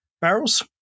barrels